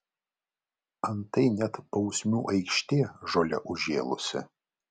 antai net bausmių aikštė žole užžėlusi